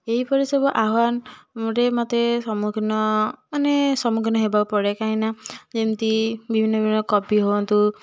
ଏଇଭଳି ସବୁ ଆହ୍ୱାନ ମୋତେ ସମ୍ମୁଖୀନ ମାନେ ସମ୍ମୁଖୀନ ହେବାକୁ ପଡ଼େ କାହିଁକିନା ଯେମିତି ବିଭିନ୍ନ ବିଭିନ୍ନ କବି ହୁଅନ୍ତୁ